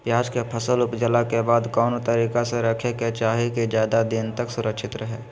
प्याज के फसल ऊपजला के बाद कौन तरीका से रखे के चाही की ज्यादा दिन तक सुरक्षित रहय?